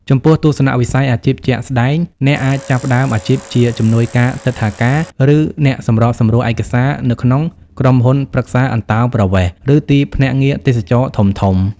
ចំពោះ ទស្សនវិស័យអាជីពជាក់ស្តែង អ្នកអាចចាប់ផ្តើមអាជីពជា ជំនួយការទិដ្ឋាការ ឬអ្នកសម្របសម្រួលឯកសារនៅក្នុងក្រុមហ៊ុនប្រឹក្សាអន្តោប្រវេសន៍ ឬទីភ្នាក់ងារទេសចរណ៍ធំៗ។